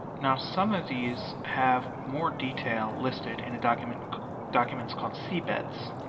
now some of these have more details listed in a document document called cbets.